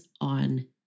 on